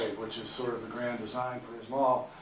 which is sort of a grand design for his mall.